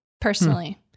Personally